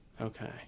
Okay